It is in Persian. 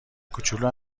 کوچولو